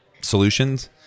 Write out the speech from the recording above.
Solutions